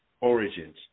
origins